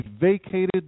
vacated